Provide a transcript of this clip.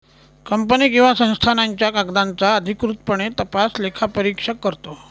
company किंवा संस्थांच्या कागदांचा अधिकृतपणे तपास लेखापरीक्षक करतो